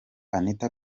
anita